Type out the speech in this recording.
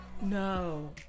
no